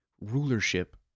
rulership